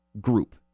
group